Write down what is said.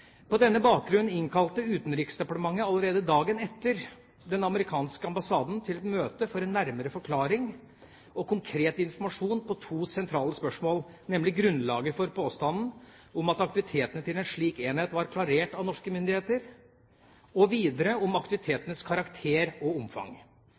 På denne bakgrunn innkalte Utenriksdepartementet allerede dagen etter den amerikanske ambassaden til et møte for en nærmere forklaring og konkret informasjon på to sentrale spørsmål, nemlig grunnlaget for påstanden om at aktivitetene til en slik enhet var klarert av norske myndigheter, og videre om